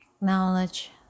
Acknowledge